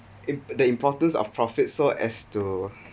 if the importance of profits so as to